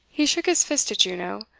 he shook his fist at juno,